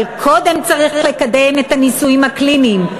אבל קודם צריך לקדם את הניסויים הקליניים.